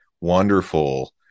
Wonderful